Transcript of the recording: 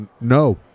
no